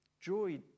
joy